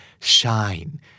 shine